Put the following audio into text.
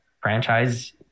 franchise